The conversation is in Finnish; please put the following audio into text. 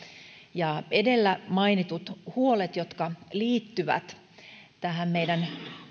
ja edellä mainituista huolista jotka liittyvät tähän meidän